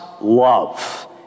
Love